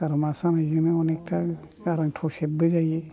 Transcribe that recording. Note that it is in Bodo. गारामा सानायजोंंनो अनेखथा गारां थसेबबो जायो